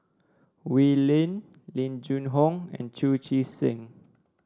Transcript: Wee Lin Ling Jun Hong and Chu Chee Seng